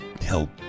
help